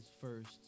first